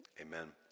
amen